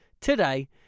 today